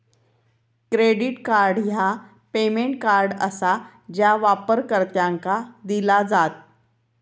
credit card ह्या payment card आसा जा वापरकर्त्यांका दिला जात